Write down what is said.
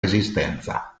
resistenza